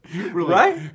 Right